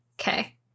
Okay